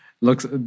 Looks